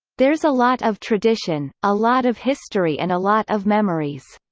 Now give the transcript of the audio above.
there's a lot of tradition, a lot of history and a lot of memories.